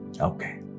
okay